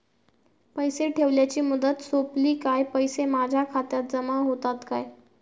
पैसे ठेवल्याची मुदत सोपली काय पैसे माझ्या खात्यात जमा होतात काय?